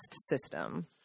system